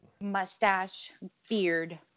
mustache-beard